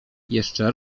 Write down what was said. jeszcze